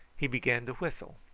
he began to whistle.